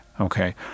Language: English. okay